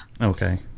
Okay